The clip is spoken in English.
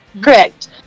Correct